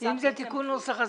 אם זה תיקון נוסח,